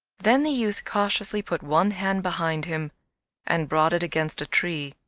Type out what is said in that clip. then the youth cautiously put one hand behind him and brought it against a tree.